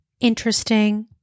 interesting